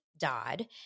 Dodd